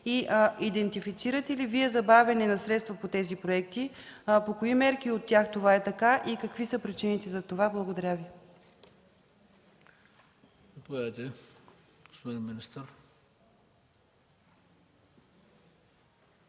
идентифицирате ли Вие забавяне на средства по тези проекти и по кои мерки от тях това е така и какви са причините за това? Благодаря Ви.